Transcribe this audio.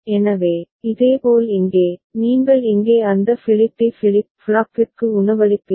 எனவே இதேபோல் இங்கே நீங்கள் இங்கே அந்த ஃபிளிப் டி ஃபிளிப் ஃப்ளாப்பிற்கு உணவளிப்பீர்கள்